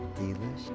Delish